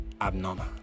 abnormal